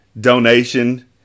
donation